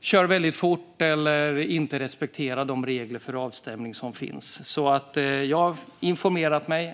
kör väldigt fort förbi eller inte respekterar de regler för avstängning som finns. Jag har informerat mig.